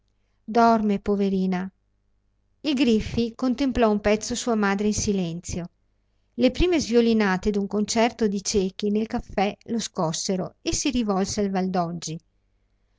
dorme poverina il griffi contemplò un pezzo sua madre in silenzio le prime sviolinate d'un concerto di ciechi nel caffè lo scossero e si rivolse al valdoggi